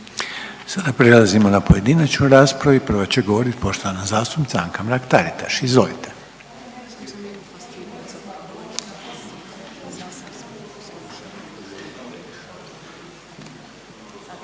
Sada prelazimo na pojedinačnu raspravu i prva će govoriti poštovana zastupnica Anka Mrak-Taritaš, izvolite.